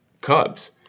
Cubs